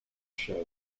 show